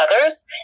others